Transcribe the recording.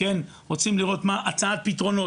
הצעת פתרונות,